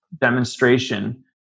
demonstration